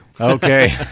Okay